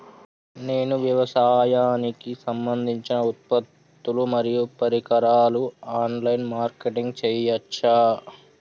నేను వ్యవసాయానికి సంబంధించిన ఉత్పత్తులు మరియు పరికరాలు ఆన్ లైన్ మార్కెటింగ్ చేయచ్చా?